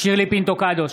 שירלי פינטו קדוש,